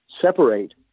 separate